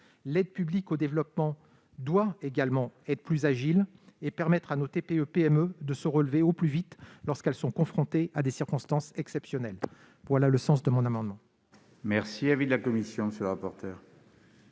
L'aide publique au développement doit également être plus agile et permettre à nos TPE-PME de se relever au plus vite lorsqu'elles sont confrontées à des circonstances exceptionnelles. Quel est l'avis de